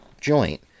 joint